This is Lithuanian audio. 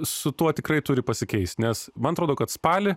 su tuo tikrai turi pasikeist nes man atrodo kad spalį